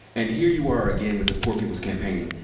and here you are again with the poor people's campaign.